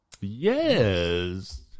yes